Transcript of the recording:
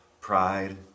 Pride